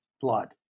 blood